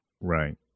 Right